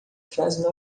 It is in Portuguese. frase